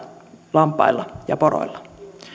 lampailla ja poroilla